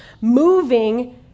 moving